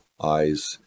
eyes